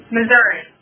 Missouri